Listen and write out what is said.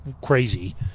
crazy